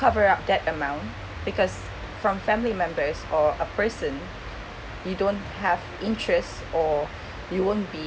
cover up that amount because from family members or a person you don't have interests or you won't be